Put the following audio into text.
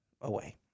away